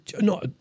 no